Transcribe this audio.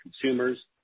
consumers